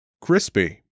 crispy